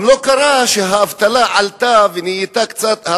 גם לא קרה שהאבטלה עלתה ונהייתה קצת,